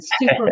super